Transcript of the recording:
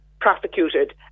prosecuted